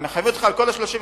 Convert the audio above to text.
הם מחייבים אותך על כל ה-35,